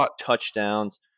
touchdowns